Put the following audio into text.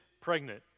pregnant